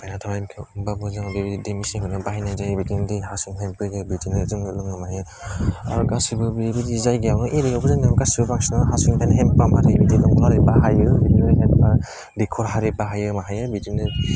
बायना थानायखौ होमबाबो जोङो बेबायदि दै मेसिनखौनो बाहायनाय जायो बेदिनो दैया हा सिंनिफाय फैयो बिदिनो जोङो लोङो मायो आरो गासैबो बेबायदि जायगायावनो एरियायावबो जोंना गासिबो बांसिनानो हा सिंनिफ्रायनो हेन्ड पाम्प आरि बिदि दंखल एरि बाहायो दैखर हारि बाहायो माहायो बेदिनो